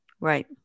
Right